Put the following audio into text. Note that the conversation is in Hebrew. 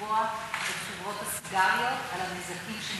לתבוע את חברות הסיגריות על הנזקים שנגרמו.